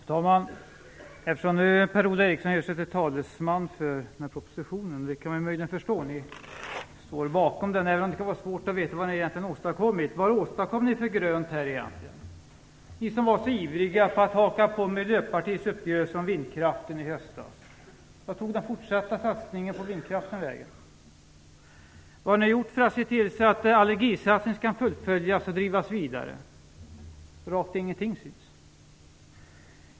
Fru talman! Att Per-Ola Eriksson gör sig till talesman för propositionen kan man möjligen förstå, för ni står bakom den, men det kan vara svårt att förstå vad ni har åstadkommit. Vad åstadkommer ni för grönt egentligen? Ni var så ivriga på att haka på Miljöpartiets uppgörelse om vindkraften i höstas. Vart tog den fortsatta satsningen på vindkraften vägen? Vad har ni gjort för att se till att allergisatsningen skall fullföljas och drivas vidare? Rakt ingenting syns.